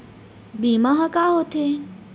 बीमा ह का होथे?